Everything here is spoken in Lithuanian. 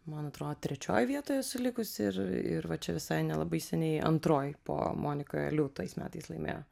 man atrodo trečioj vietoj esu likusi ir ir va čia visai nelabai seniai antroj po monika liu tais metais laimėjo